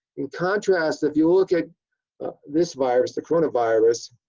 in contrast, if you look at this virus, the coronavirus,